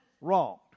wronged